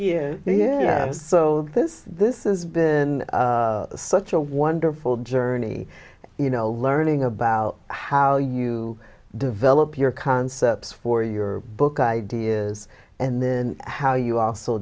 here yeah so this this is been such a wonderful journey you know learning about how you develop your concepts for your book ideas and then how you also